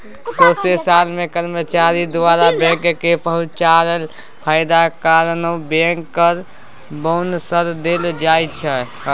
सौंसे साल मे कर्मचारी द्वारा बैंक केँ पहुँचाएल फायदा कारणेँ बैंकर बोनस देल जाइ छै